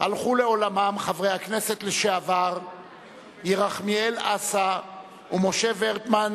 הלכו לעולמם חברי הכנסת לשעבר ירחמיאל אסא ומשה ורטמן,